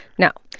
now,